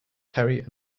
terry